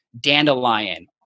dandelion